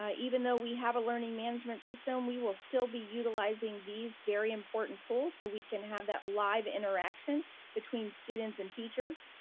ah even though we have a learning management system, we will still be utilizing these very important tools so we can have that live interaction between students and teachers.